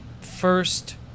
first